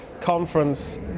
conference